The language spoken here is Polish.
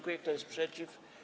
Kto jest przeciw?